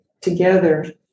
together